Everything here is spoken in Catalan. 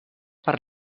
per